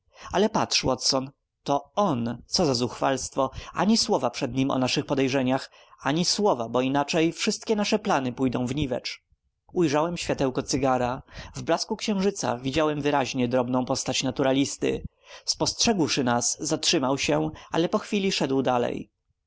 ale patrz watson to on co za zuchwalstwo ani słowa przed nim o naszych podejrzeniach ani słowa bo inaczej wszystkie moje plany pójdą w niwecz ujrzałem światełko cygara w blasku księżyca widziałem wyraźnie drobną postać naturalisty spostrzegłszy nas zatrzymał się ale po chwili szedł dalej